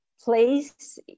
place